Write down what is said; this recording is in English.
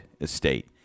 estate